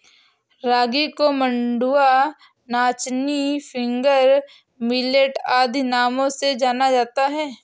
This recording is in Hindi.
रागी को मंडुआ नाचनी फिंगर मिलेट आदि नामों से जाना जाता है